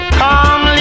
come